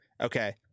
Okay